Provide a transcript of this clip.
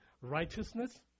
righteousness